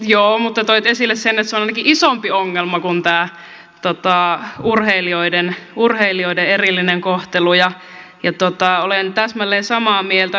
joo mutta toit esille sen että se on ainakin isompi ongelma kuin tämä urheilijoiden erillinen kohtelu ja olen täsmälleen samaa mieltä